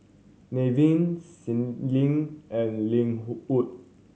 Nevin Caitlynn and Lenwood